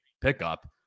pickup